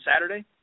Saturday